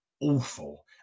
awful